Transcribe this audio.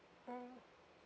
mm